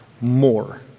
more